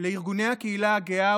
לארגוני הקהילה הגאה,